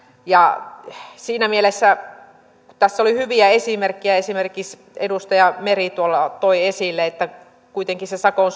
siinä mielessä tässä oli hyviä esimerkkejä esimerkiksi edustaja meri toi esille että kuitenkin sakon